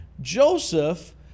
Joseph